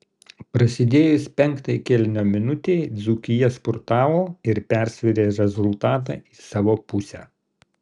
prasidėjus penktai kėlinio minutei dzūkija spurtavo ir persvėrė rezultatą į savo pusę